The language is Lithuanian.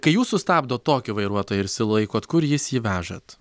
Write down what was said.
kai jūs sustabdot tokį vairuotoją ir sulaikot kur jūs jį vežat